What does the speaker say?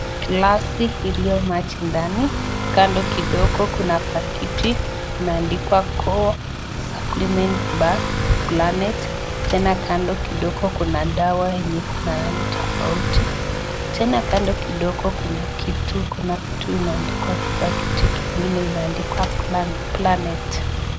Glasi iliyo na maji ndani, kando kidogo kuna pakiti imeandikwa core supplement pack planet tena kando kidogo kuna dawa yenye iko na rangi tofauti, tena kando kidogo kuna kitu, kuna kitu imeandikwa kwa pakiti ingine imeandikwa planet .